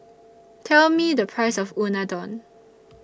Tell Me The Price of Unadon